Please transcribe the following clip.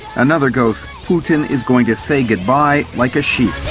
another goes, putin is going to say goodbye like a sheep.